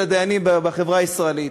מספר התקנים של הדיינים בחברה הישראלית.